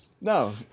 No